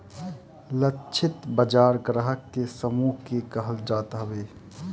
लक्षित बाजार ग्राहक के समूह के कहल जात हवे